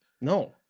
No